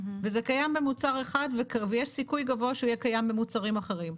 וזה קיים במוצר אחד ויש סיכוי גבוה שיהיה קיים במוצרים אחרים.